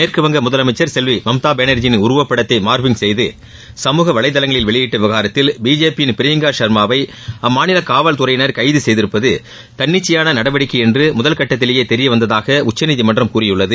மேற்குவங்க முதலமைச்சர் செல்வி மம்தா பானர்ஜியின் உருவப்படத்தை மார்பிங் செய்து சமூக வலைதளங்களில் வெளியிட்ட விவகாரத்தில் பிஜேபியின் பிரியங்கா ஷர்மாவை அம்மாநில காவல்துறையினர் கைது செய்திருப்பது தன்னிச்சையான நடவடிக்கை என்று முதல் கட்டத்திலேயே தெரியவந்ததாக உச்சநீதிமன்றம் கூறியுள்ளது